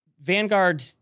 Vanguard